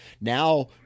Now